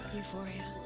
Euphoria